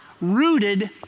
rooted